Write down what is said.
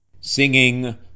singing